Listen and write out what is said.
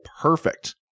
perfect